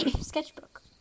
sketchbook